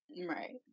Right